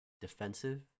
defensive